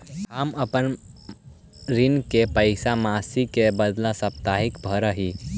हम अपन ऋण के पैसा मासिक के बदला साप्ताहिक भरअ ही